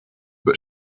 but